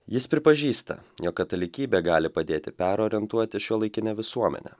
jis pripažįsta jog katalikybė gali padėti perorientuoti šiuolaikinę visuomenę